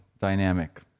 dynamic